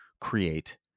create